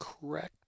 correct